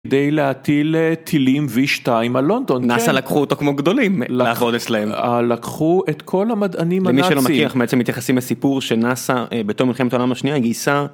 כדי להטיל טילים v2 על לונדון... נאס"א לקחו אותו כמו גדולים לעבוד אצלהם... לקחו את כל המדענים... למי שלא מכיר אנחנו מתייחסים לסיפור של נאסא בתום מלחמת העולם השנייה גייסה.